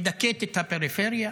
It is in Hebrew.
מדכאת את הפריפריה,